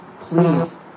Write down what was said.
Please